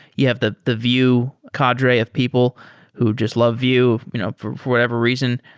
you have the the vue cadre of people who just love vue you know for whatever reason,